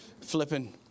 flipping